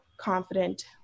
confident